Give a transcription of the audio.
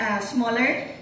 smaller